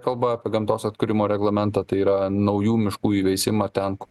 kalba apie gamtos atkūrimo reglamentą tai yra naujų miškų įveisimą ten